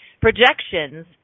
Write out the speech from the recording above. projections